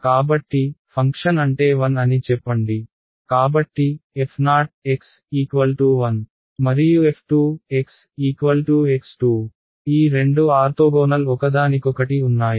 కాబట్టి ఫంక్షన్ అంటే 1 అని చెప్పండి కాబట్టి fo1 మరియు f2x2 ఈ రెండు ఆర్తోగోనల్ ఒకదానికొకటి ఉన్నాయా